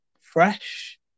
fresh